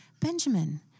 Benjamin